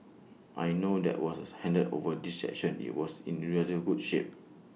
I know that was when we handed over this section IT was in relatively good shape